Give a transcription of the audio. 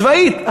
צבאית.